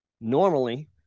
Normally